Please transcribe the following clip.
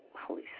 holy